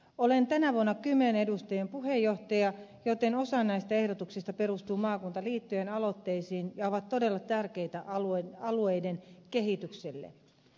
olen tänä vuonna kymen edustajien puheenjohtaja joten osa näistä ehdotuksista perustuu maakuntaliittojen aloitteisiin ja ne ovat todella tärkeitä alueiden kehitykselle